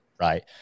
Right